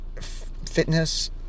fitness